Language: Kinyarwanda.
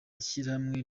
ishyirahamwe